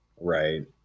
Right